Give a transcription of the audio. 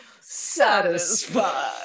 satisfied